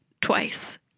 twice